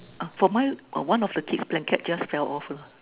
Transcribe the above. oh for mine one of the kid's blanket just fell off lor